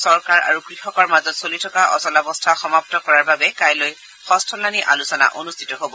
চৰকাৰ আৰু কৃষকৰ মাজত চলি থকা অচলাৱস্থা সমাপ্ত কৰাৰ বাবে কাইলৈ ষষ্ঠলানি আলোচনা অনুষ্ঠিত হ'ব